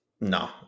no